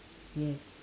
yes